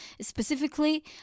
specifically